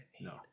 no